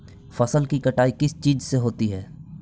फसल की कटाई किस चीज से होती है?